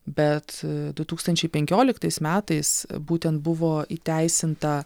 bet du tūkstančiai penkioliktais metais būtent buvo įteisinta